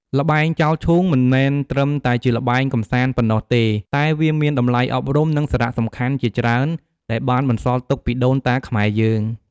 ល្បែង ចោលឈូង មិនមែនត្រឹមតែជាល្បែងកម្សាន្តប៉ុណ្ណោះទេ តែវាមាន តម្លៃអប់រំ និងសារៈសំខាន់ជាច្រើន ដែលបានបន្សល់ទុកពីដូនតាខ្មែរយើង។